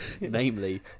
namely